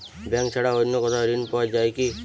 Bank ছাড়া অন্য কোথাও ঋণ পাওয়া যায় কি?